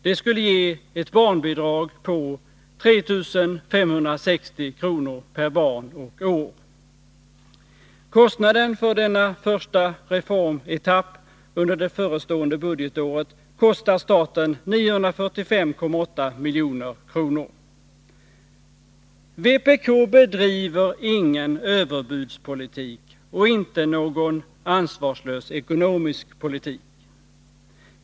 Det skulle ge ett barnbidrag på 3 560 kr. per barn och år. Statens kostnad för denna första reformetapp under det förestående budgetåret uppgår till 945,8 milj.kr. Vpk bedriver ingen överbudspolitik och inte någon ansvarslös ekonomisk politik.